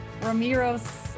Ramiro's